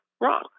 wrong